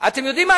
אתם יודעים מה,